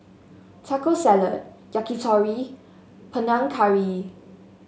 Taco Salad Yakitori Panang Curry